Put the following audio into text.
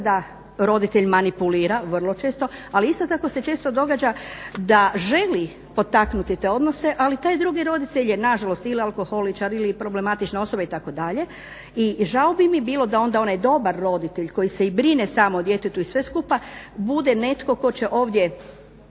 da roditelj manipulira vrlo često, ali isto tako se često događa da želi potaknuti te odnose ali taj drugi roditelj je nažalost ili alkoholičar ili problematična osoba itd. i žao bi mi bilo da onda onaj dobar roditelj koji se i brine samo o djetetu i sve skupa bude netko tko će ovdje